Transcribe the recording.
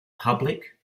public